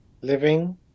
living